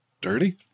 Dirty